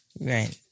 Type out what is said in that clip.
Right